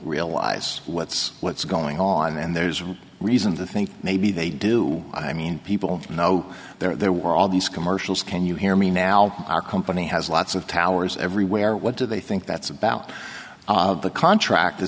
realize what's what's going on and there's a reason to think maybe they do i mean people know there were all these commercials can you hear me now our company has lots of towers everywhere what do they think that's about the contract the